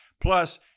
Plus